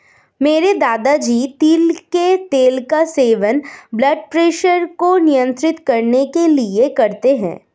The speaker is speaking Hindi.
मेरे दादाजी तिल के तेल का सेवन ब्लड प्रेशर को नियंत्रित करने के लिए करते हैं